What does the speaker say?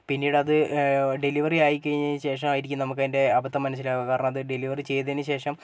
പിന്നീടത് ഡെലിവറി ആയിക്കഴിഞ്ഞേനു ശേഷമായിരിക്കും നമുക്കതിൻ്റെ അബദ്ധം മനസ്സിലാവുക കാരണം അത് ഡെലിവറി ചെയ്തതിന് ശേഷം